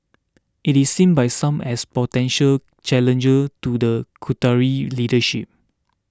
it is seen by some as potential challenger to the Qatari leadership